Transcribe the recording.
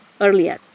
earlier